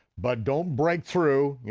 but don't break through,